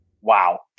wow